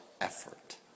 effort